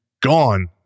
gone